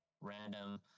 random